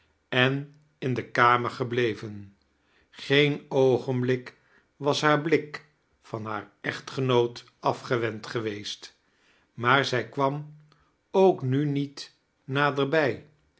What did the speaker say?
en in de kamer gebleven geeir oogenblik was haar blik van haren echtgenoot afgewend geweest maar zij kwam ook nu niet naderbij